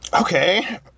Okay